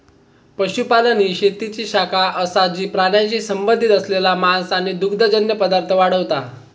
पशुपालन ही शेतीची शाखा असा जी प्राण्यांशी संबंधित असलेला मांस आणि दुग्धजन्य पदार्थ वाढवता